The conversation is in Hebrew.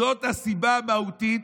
זאת הסיבה המהותית,